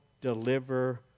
deliver